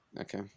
Okay